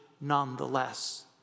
nonetheless